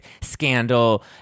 scandal